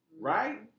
Right